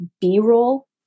B-roll